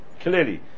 Clearly